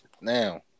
Now